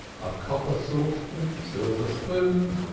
a copper saucepan, silver spoons,